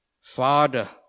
Father